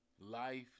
Life